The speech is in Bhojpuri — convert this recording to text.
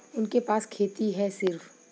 उनके पास खेती हैं सिर्फ